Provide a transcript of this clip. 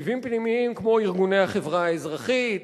אויבים פנימיים כמו ארגוני החברה האזרחית,